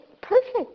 Perfect